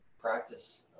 practice